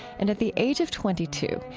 and at the age of twenty two,